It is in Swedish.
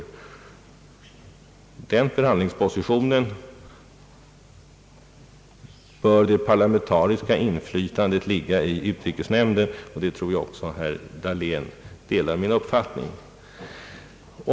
När det gäller bestämmandet av den svenska förhandlingspositionen bör det parlamentariska inflytandet ligga hos utrikesnämnden. Där tror jag också att herr Dahlén delar min uppfattning.